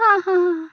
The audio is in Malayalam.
ആ ആ ആ